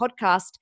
podcast